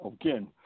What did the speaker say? Again